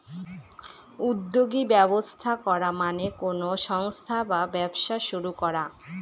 উদ্যোগী ব্যবস্থা করা মানে কোনো সংস্থা বা ব্যবসা শুরু করা